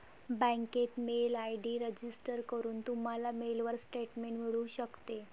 बँकेत mail ID register करून, तुम्हाला मेलवर स्टेटमेंट मिळू शकते